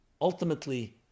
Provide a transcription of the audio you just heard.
ultimately